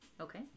Okay